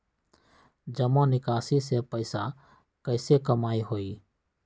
जमा निकासी से पैसा कईसे कमाई होई?